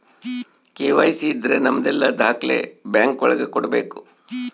KYC ಇದ್ರ ನಮದೆಲ್ಲ ದಾಖ್ಲೆ ಬ್ಯಾಂಕ್ ಒಳಗ ಕೊಡ್ಬೇಕು